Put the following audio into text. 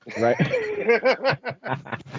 Right